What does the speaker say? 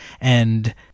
and-